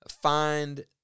find